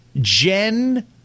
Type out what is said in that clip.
Jen